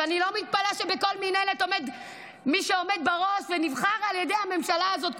ואני לא מתפלאת שבכל מינהלת מי שעומד בראש ונבחר על ידי הממשלה הזאת,